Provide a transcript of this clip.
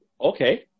Okay